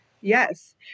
Yes